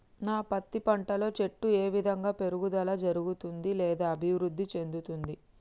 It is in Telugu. నా పత్తి పంట లో చెట్టు ఏ విధంగా పెరుగుదల జరుగుతుంది లేదా అభివృద్ధి చెందుతుంది?